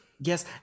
Yes